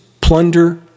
plunder